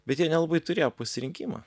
bet jie nelabai turėjo pasirinkimą